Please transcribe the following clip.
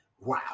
Wow